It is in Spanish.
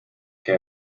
que